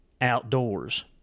outdoors